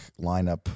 lineup